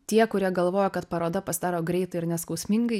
tie kurie galvojo kad paroda pasidaro greitai ir neskausmingai